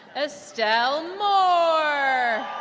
estell moore